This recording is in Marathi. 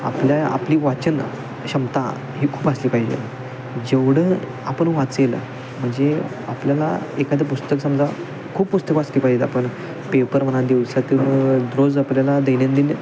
आपल्या आपली वाचन क्षमता ही खूप असली पाहिजे जेवढं आपण वाचेल म्हणजे आपल्याला एखादे पुस्तक समजा खूप पुस्तके वाचली पाहिजेत आपण पेपर म्हणा दिवसातून रोज आपल्याला दैनंदिन